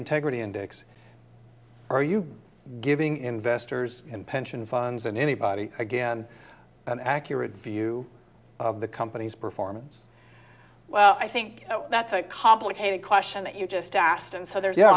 integrity index are you giving investors in pension funds and anybody again an accurate view of the company's performance well i think that's a complicated question that you just asked and so the